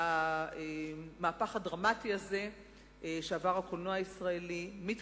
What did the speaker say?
אני חושבת שהקולנוע הישראלי זינק והפך לשם דבר של איכות בעולם כולו.